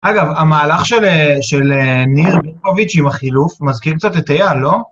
אגב, המהלך של אה.. של אה... ניר ברקוביץ' עם החילוף מזכיר קצת את אייל, לא?